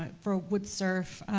but for a wood surf,